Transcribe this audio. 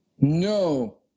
No